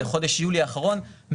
בחודש יולי האחרון,